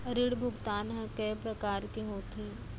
ऋण भुगतान ह कय प्रकार के होथे?